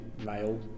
male